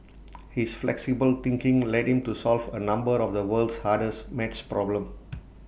his flexible thinking led him to solve A number of the world's hardest math problems